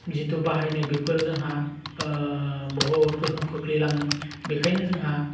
जिथु बाहायनाय बेफोर जोंहा बहुद गोहोम खोख्लैलाङो बेनिखायनो जोंहा